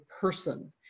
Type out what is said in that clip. person